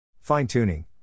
fine-tuning